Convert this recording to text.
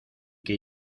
que